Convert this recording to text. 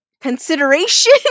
Consideration